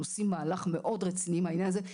אנחנו עושים מהלך מאוד רציני בעניין הזה,